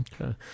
Okay